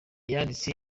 yanditse